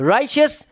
Righteous